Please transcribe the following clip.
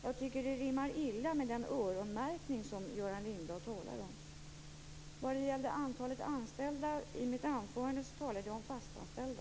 Jag tycker att det rimmar illa med den öronmärkning som När det gäller antalet anställda i mitt anförande talade jag om fast anställda.